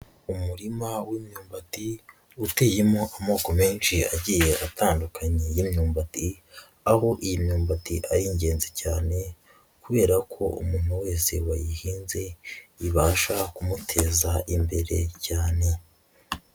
Umurima w'imyumbati uteyemo amoko menshi agiye atandukanye y'imyumbati, aho iyi myumbati ari ingenzi cyane kubera ko umuntu wese wayihinze ibasha kumuteza imbere cyane.